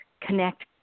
Connect